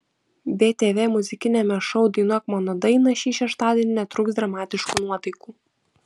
btv muzikiniame šou dainuok mano dainą šį šeštadienį netrūks dramatiškų nuotaikų